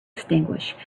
extinguished